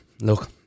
look